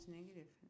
negative